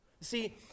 See